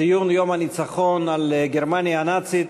ציון יום הניצחון על גרמניה הנאצית.